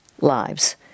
lives